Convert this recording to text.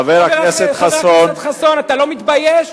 חבר הכנסת חסון, אתה לא מתבייש?